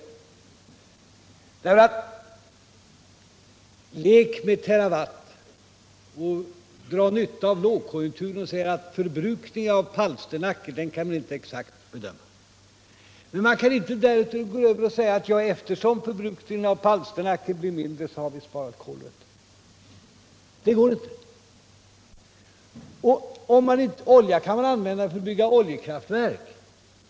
Man kan leka med terawatt och dra nytta av lågkonjunkturen genom att säga att förbrukningen av palsternackor icke exakt kan bedömas. Men man kan icke på den grunden säga, att eftersom förbrukningen av palsternackor blir mindre har vi sparat kålrötter. Om man räknar med att ha tillgång till olja kan man bygga oljekraftverk.